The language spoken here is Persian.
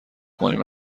کنیم